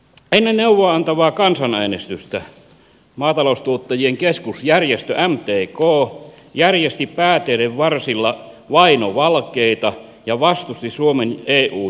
ennen neuvoa antavaa kansanäänestystä maataloustuottajien keskusjärjestö mtk järjesti pääteiden varsilla vainovalkeita ja vastusti suomen eu jäsenyyttä